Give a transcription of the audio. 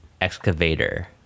Excavator